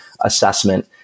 assessment